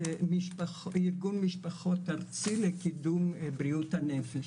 ארגון משפחות ארצי לקידום בריאות הנפש.